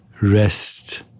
rest